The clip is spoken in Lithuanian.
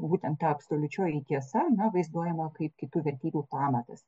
būtent ta absoliučioji tiesa vaizduojama kaip kitų vertybių pamatas